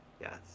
Yes